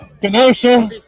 Kenosha